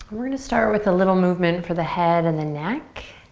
we're gonna start with a little movement for the head and the neck.